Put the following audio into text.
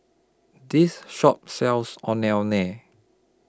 This Shop sells Ondeh Ondeh